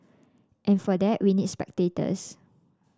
and for that we need spectators